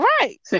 Right